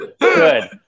good